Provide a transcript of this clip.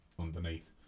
underneath